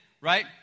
right